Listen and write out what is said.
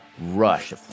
rush